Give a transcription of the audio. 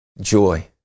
joy